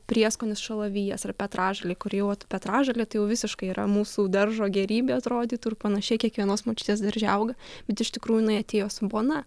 prieskonis šalavijas ar petražolė kur jau vat petražolė tai jau visiškai yra mūsų daržo gėrybė atrodytų ir panašiai kiekvienos močiutės darže auga bet iš tikrųjų jinai atėjo su bona